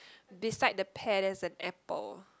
beside the pear there's an apple